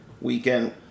weekend